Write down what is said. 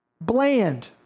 bland